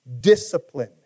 discipline